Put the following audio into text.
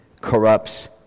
corrupts